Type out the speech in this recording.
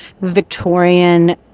Victorian